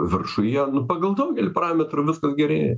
viršuje pagal daugelį parametrų viskas gerėja